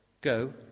Go